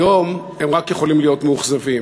היום הם רק יכולים להיות מאוכזבים,